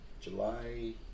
July